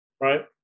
Right